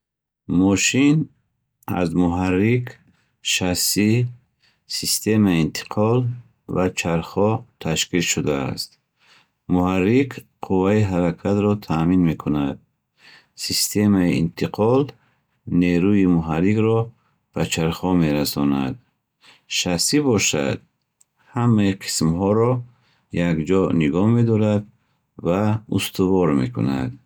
Мошин аз муҳаррик, шасси, системаи интиқол ва чархҳо ташкил шудааст. Муҳаррик қувваи ҳаракатро таъмин мекунад. Системаи интиқол нерӯи муҳаррикро ба чархҳо мерасонад. Шасси бошад, ҳамаи қисмҳоро якҷо нигоҳ медорад ва устувор мекунад.